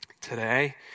today